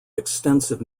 extensive